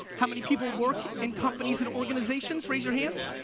how many people work in companies and organizations? raise your hands.